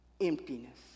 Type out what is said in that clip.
emptiness